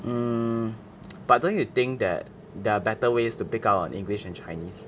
mm but don't you think that there are better ways to pick up on english and chinese